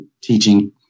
teaching